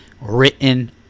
written